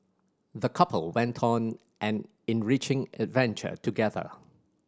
the couple went on an enriching adventure together